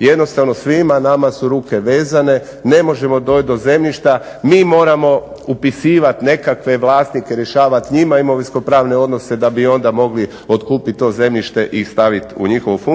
Jednostavno svima nama su ruke vezane, ne možemo doći do zemljišta. Mi moramo upisivati nekakve vlasnike, rješavati njima imovinsko-pravne odnose da bi onda mogli otkupiti to zemljište i staviti u njihovu funkciju.